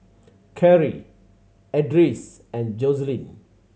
Carrie Edris and Joselyn